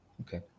Okay